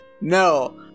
no